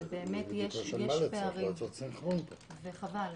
יש פערים, וחבל.